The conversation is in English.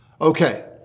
Okay